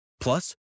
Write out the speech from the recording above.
Plus